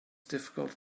difficult